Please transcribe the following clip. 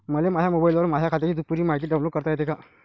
मले माह्या मोबाईलवर माह्या खात्याची पुरी मायती डाऊनलोड करता येते का?